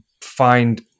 find